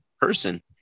person